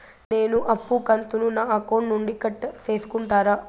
నేను అప్పు కంతును నా అకౌంట్ నుండి కట్ సేసుకుంటారా?